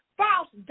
false